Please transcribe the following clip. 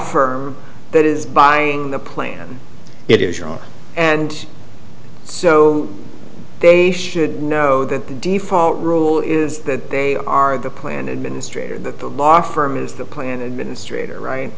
firm that is buying the plan it is wrong and so they should know that the default rule is that they are the plan administrator that the law firm is the plan administrator right